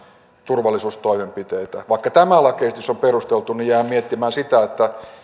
turvallisuustoimenpiteitä vaikka tämä lakiesitys on perusteltu jään miettimään sitä että